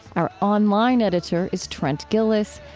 our online editor is trent gilliss.